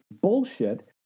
bullshit